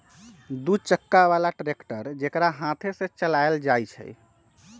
दू चक्का बला ट्रैक्टर जेकरा हाथे से चलायल जाइ छइ